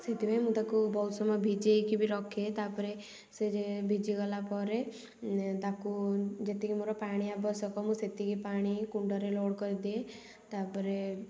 ସେଥିପାଇଁ ମୁଁ ତା'କୁ ବହୁତ ସମୟ ଭିଜେଇକି ବି ରଖେ ତା'ପରେ ସେ ଯେ ଭିଜିଗଲା ପରେ ତା'କୁ ଯେତିକି ମୋର ପାଣି ଆବଶ୍ୟକ ମୁଁ ସେତିକି ପାଣି କୁଣ୍ଡରେ ଲୋଡ଼ କରିଦିଏ ତା'ପରେ